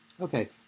Okay